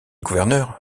gouverneur